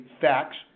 facts